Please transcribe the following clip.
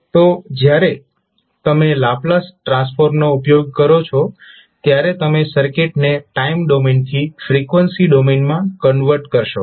તો જ્યારે તમે લાપ્લાસ ટ્રાન્સફોર્મનો ઉપયોગ કરો છો ત્યારે તમે સર્કિટને ટાઈમ ડોમેનથી ફ્રીક્વન્સી ડોમેનમાં કન્વર્ટ કરશો